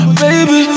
baby